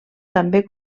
també